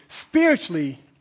spiritually